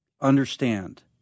understand